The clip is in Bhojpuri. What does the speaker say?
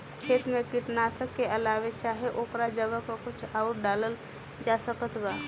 खेत मे कीटनाशक के अलावे चाहे ओकरा जगह पर कुछ आउर डालल जा सकत बा?